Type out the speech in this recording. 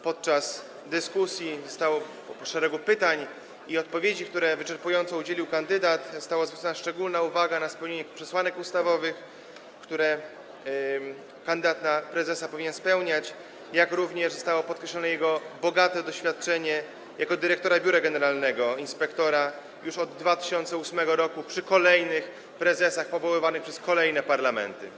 Podczas dyskusji, w czasie szeregu pytań i odpowiedzi, których wyczerpująco udzielił kandydat, została zwrócona szczególna uwaga na spełnienie przesłanek ustawowych, które kandydat na prezesa powinien spełniać, jak również zostało podkreślone jego bogate doświadczenie jako dyrektora biura generalnego inspektora już od 2008 r. przy kolejnych prezesach powoływanych przez kolejne parlamenty.